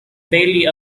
bailey